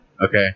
okay